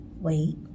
wait